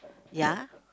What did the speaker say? ya